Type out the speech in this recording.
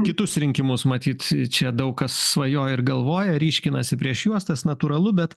kitus rinkimus matyt čia daug kas svajoja ir galvoja ryškinasi prieš juostas natūralu bet